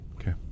Okay